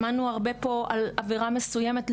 שמענו הרבה פה על עבירה מסוימת.